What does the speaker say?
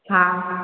हा